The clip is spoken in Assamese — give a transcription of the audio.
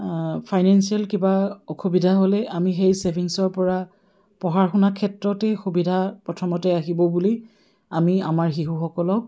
ফাইনেঞ্চিয়েল কিবা অসুবিধা হ'লে আমি সেই ছেভিংছৰ পৰা পঢ়া শুনা ক্ষেত্ৰতেই সুবিধা প্ৰথমতে আহিব বুলি আমি আমাৰ শিশুসকলক